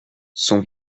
son